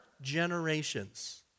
generations